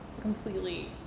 completely